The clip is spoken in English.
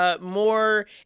more